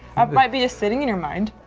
might be sitting in your mind.